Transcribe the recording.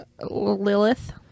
Lilith